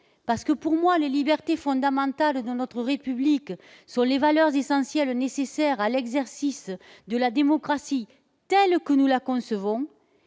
parce que, pour moi, les libertés fondamentales de notre République sont les valeurs essentielles nécessaires à l'exercice de la démocratie telle que nous la concevons,